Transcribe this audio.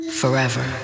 forever